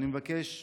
אני מבקש: